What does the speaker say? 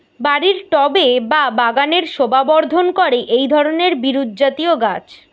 বাড়ির টবে বা বাগানের শোভাবর্ধন করে এই ধরণের বিরুৎজাতীয় গাছ